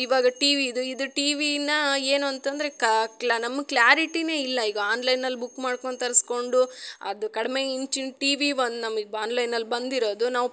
ಇವಾಗ ಟಿ ವಿದು ಇದು ಟಿ ವಿನ ಏನು ಅಂತಂದರೆ ಕಾ ಕ್ಲ ನಮ್ಗೆ ಕ್ಲಾರಿಟಿನೆ ಇಲ್ಲ ಈಗ ಆನ್ಲೈನಲ್ಲಿ ಬುಕ್ ಮಾಡ್ಕೊಂಡು ತರಿಸ್ಕೊಂಡು ಅದು ಕಡಿಮೆ ಇಂಚಿನ ಟಿ ವಿ ಒಂದು ನಮಿಗೆ ಬ್ ಆನ್ಲೈನಲ್ಲಿ ಬಂದಿರೋದು ನಾವು